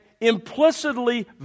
implicitly